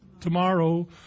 tomorrow